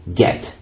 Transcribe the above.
get